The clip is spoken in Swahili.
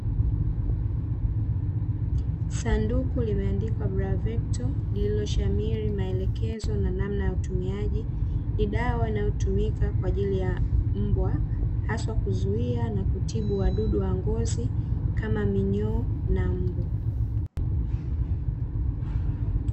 Sanduku limeandikwa "Bravecto" lililoshamiri maelekezo na namna ya utumiaji, ni dawa inayotumika kwa ajili ya mbwa haswa kuzuia na kutibu wadudu wa ngozi kama minyoo na mbu.